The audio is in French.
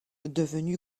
devenu